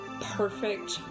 perfect